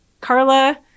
Carla